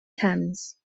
thames